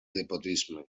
despotisme